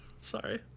sorry